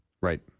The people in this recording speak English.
Right